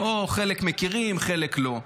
או חלק מכירים חלק לא.